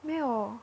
没有